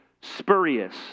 spurious